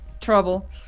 trouble